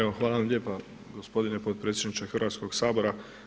Evo hvala vam lijepa gospodine potpredsjedniče Hrvatskoga sabora.